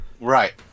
Right